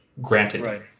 Granted